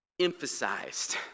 emphasized